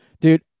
dude